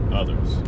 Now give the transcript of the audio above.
others